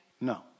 No